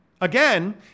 again